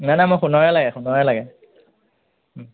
নাই নাই মোক সোণৰে লাগে সোণৰে লাগে